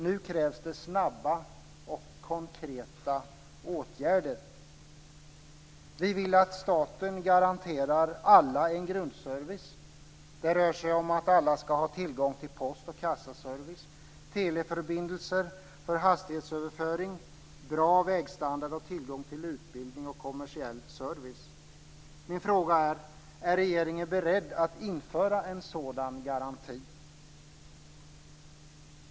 Nu krävs det snabba och konkreta åtgärder. Vi vill att staten garanterar alla en grundservice. Det rör sig om att alla skall ha tillgång till post och kassaservice, teleförbindelser för hastighetsöverföring, bra vägstandard och tillgång till utbildning och kommersiell service. Min fråga är: Är regeringen beredd att införa en sådan garanti?